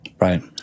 Right